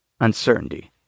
uncertainty